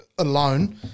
Alone